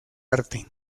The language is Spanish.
arte